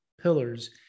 pillars